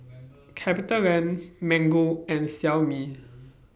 CapitaLand Mango and Xiaomi